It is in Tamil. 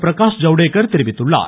பிரகாஷ் ஜவ்டேகர் தெரிவித்துள்ளார்